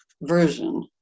version